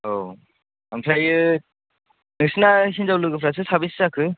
औ ओमफ्राय नोंसोरना हिनजाव लोगोफ्रासो साबैसे जाखो